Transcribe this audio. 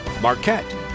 Marquette